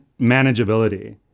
manageability